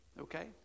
okay